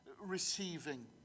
receiving